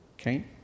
Okay